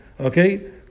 Okay